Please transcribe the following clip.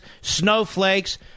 snowflakes